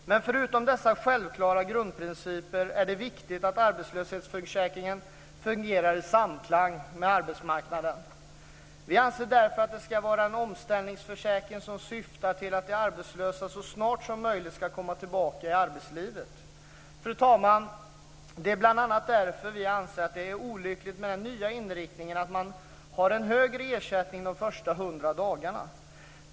Men förutom dessa självklara grundprinciper är det viktigt att arbetslöshetsförsäkringen fungerar i samklang med arbetsmarknaden. Vi anser därför att det ska vara en omställningsförsäkring som syftar till att de arbetslösa så snart som möjligt ska komma tillbaka i arbetslivet. Fru talman! Det är bl.a. därför vi anser att det är olyckligt med den nya inriktningen att man har en högre ersättning de första 100 dagarna.